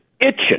itching